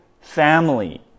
family